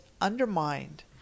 undermined